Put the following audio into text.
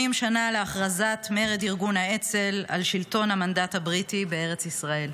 80 שנה להכרזת מרד ארגון האצ"ל על שלטון המנדט הבריטי בארץ ישראל.